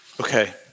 Okay